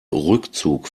rückzug